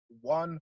one